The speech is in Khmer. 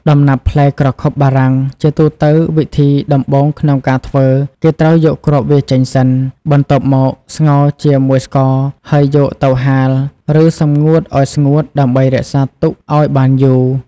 ដំណាប់ផ្លែក្រខុបបារាំង ជាទូទៅវិធីដំបូងក្នុងការធ្វើគេត្រូវយកគ្រាប់វាចេញសិន បន្ទាប់មកស្ងោរជាមួយស្ករ ហើយយកទៅហាល ឬសម្ងួតឱ្យស្ងួត ដើម្បីរក្សាទុកឱ្យបានយូរ។